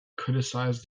criticized